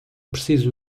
preciso